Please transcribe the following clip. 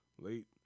late